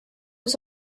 was